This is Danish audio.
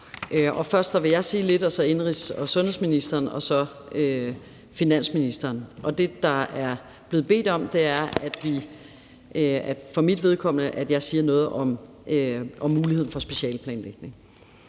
Først vil jeg sige lidt, så indenrigs- og sundhedsministeren, og så finansministeren. Det, der er blevet bedt om, er, at jeg for mit vedkommende siger noget om muligheden for specialeplanlægning.